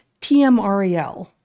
TMREL